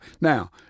Now